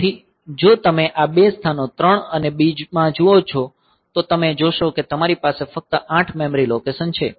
તેથી જો તમે આ બે સ્થાનો 3 અને B માં જુઓ તો તમે જોશો કે તમારી પાસે ફક્ત 8 મેમરી લોકેશન છે